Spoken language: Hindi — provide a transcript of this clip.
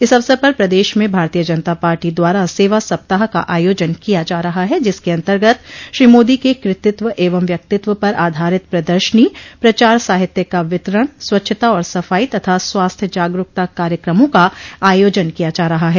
इस अवसर पर प्रदेश में भारतीय जनता पार्टी द्वारा सेवा सप्ताह का आयोजन किया जा रहा है जिसके अन्तर्गत श्री मोदी के कृतित्व एवं व्यक्तित्व पर आधारित प्रदर्शनी प्रचार साहित्य का वितरण स्वच्छता और सफाई तथा स्वास्थ्य जागरूकता कार्यकमों का आयोजन किया जा रहा है